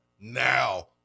now